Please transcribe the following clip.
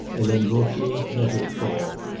helene vauquier let her fall.